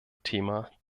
thema